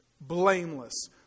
blameless